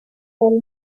del